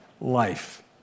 life